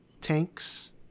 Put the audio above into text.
tanks